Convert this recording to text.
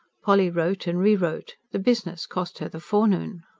polly wrote, and re-wrote the business cost her the forenoon.